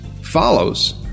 follows